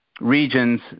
regions